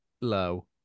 low